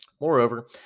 Moreover